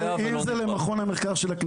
(היו"ר אוסאמה סעדי)